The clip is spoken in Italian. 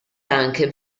anche